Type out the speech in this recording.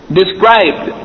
described